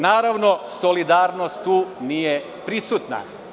Naravno, solidarnost tu nije prisutna.